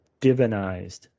divinized